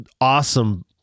awesome